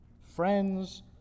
friends